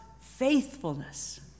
faithfulness